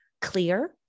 clear